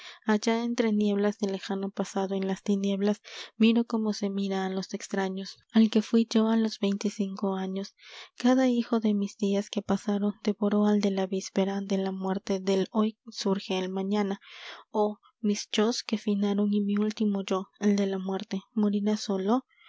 allá entre nieblas del lejano pasado en las tinieblas miro como se mira a los extraños al que fui yo a los veinticinco años cada hijo de mis días que pasaron devoró al de la víspera de la muerte del hoy surge el mañana oh mis yos que finaron y mi último yo el de la muerte morirá solo